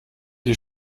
die